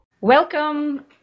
welcome